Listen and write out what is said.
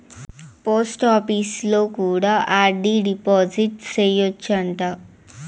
పోస్టాపీసులో కూడా RD deposit సేయచ్చు అంట